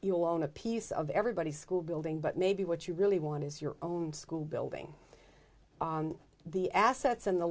you own a piece of everybody's school building but maybe what you really want is your own school building the assets and the